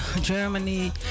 Germany